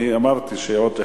אמרתי שעוד אחד.